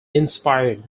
inspired